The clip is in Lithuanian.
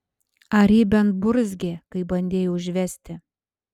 ar ji bent burzgė kai bandei užvesti